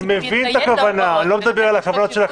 אני רוצה לבדוק את זה,